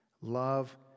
Love